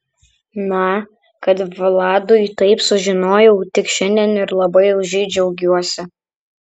na kad vladui taip sužinojau tik šiandien ir labai už jį džiaugiuosi